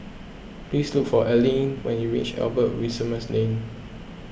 please look for Allene when you reach Albert Winsemius Lane